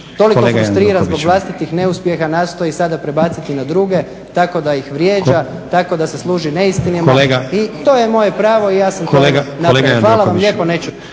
toliko frustrira zbog vlastitih neuspjeha, nastoji sada prebaciti na druge tako da ih vrijeđa, tako da se služi neistinom. To je moje pravo i ja sam to … **Stazić, Nenad